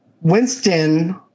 Winston